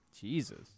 Jesus